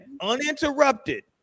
uninterrupted